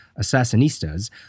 Assassinistas